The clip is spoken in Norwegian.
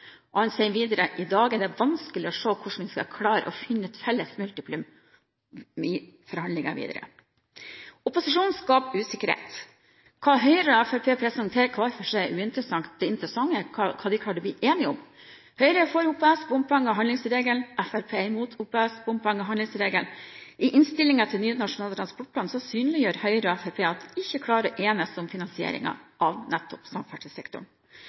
om. Han sier videre at «det er i dag er vanskelig å se hvordan vi skal klare å finne et felles multiplum» i forhandlingene videre. Opposisjonen skaper usikkerhet. Hva Høyre og Fremskrittspartiet presenterer hver for seg, er uinteressant. Det interessante er hva de klarer å bli enige om. Høyre er for OPS, bompenger og handlingsregelen. Fremskrittspartiet er imot OPS, bompenger og handlingsregelen. I innstillingen til ny Nasjonal transportplan synliggjør Høyre og Fremskrittspartiet at de ikke klarer å enes om finansieringen av nettopp samferdselssektoren.